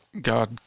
God